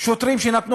שוטרים שנתנו